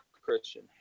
Christian